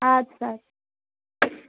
اَدٕ سا